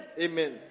Amen